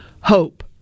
hope